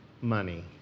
money